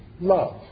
Love